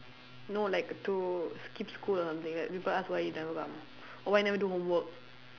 no like to skip school or something like people ask you why you never come or why never do homework